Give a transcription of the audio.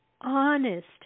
honest